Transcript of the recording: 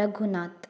Raghunath